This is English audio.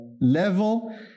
Level